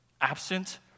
absent